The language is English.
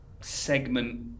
segment